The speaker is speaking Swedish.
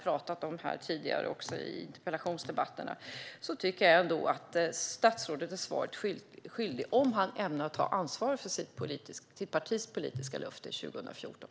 Jag tycker att statsrådet är svaret skyldig om huruvida han ämnar ta ansvar för sitt partis politiska löfte 2014.